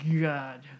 God